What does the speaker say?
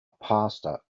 pastor